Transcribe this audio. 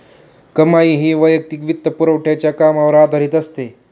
कमाई ही वैयक्तिक वित्तपुरवठ्याच्या कामावर आधारित असते